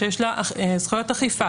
שיש לה זכויות אכיפה,